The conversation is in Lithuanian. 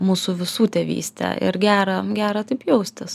mūsų visų tėvystė ir gera gera taip jaustis